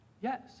Yes